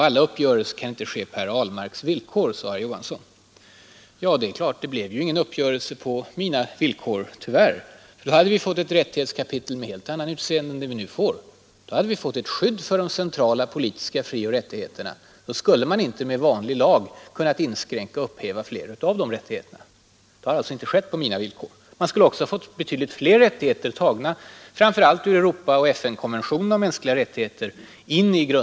Alla uppgörelser kan inte ske på herr Ahlmarks villkor, sade herr Johansson. Nej, men det blev ju tyvärr heller ingen uppgörelse på mina villkor. I så fall hade vi fått ett rättighetskapitel med ett helt annat utseende än vi nu skall besluta om. Då hade 'vi fått ett skydd för de centrala politiska frioch rättigheterna, och då skulle man inte med vanlig lag kunna inskränka och upphäva flera av de rättigheterna. Uppgörelsen har alltså inte skett på mina villkor. R Man skulle också då ha fått in i grundlagen betydligt fler rättigheter, tagna framför allt ur Europaoch FN-konventionerna om mänskliga rättigheter.